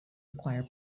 require